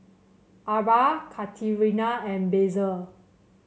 Arba Katerina and Basil